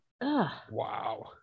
Wow